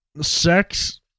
sex